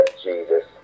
jesus